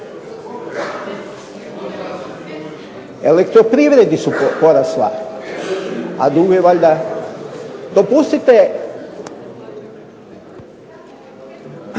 Elektroprivredi su porasla, a duguje valjda. Dopustite.